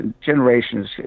generations